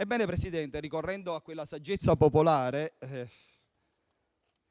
Ebbene, ricorrendo alla saggezza popolare,